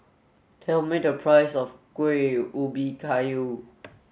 tell me the price of Kueh Ubi Kayu